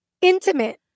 intimate